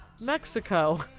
Mexico